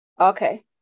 Okay